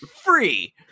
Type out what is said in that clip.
free